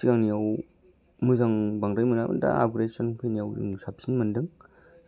सिगांनियाव मोजां बांद्राय मोनामोन दा आपग्रेडेसन फैनायाव साबसिन मोनदों